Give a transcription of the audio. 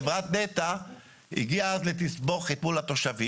חברת נת"ע הגיעה אז לתסבוכת מול התושבים,